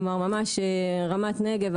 כלומר ממש רמת נגב,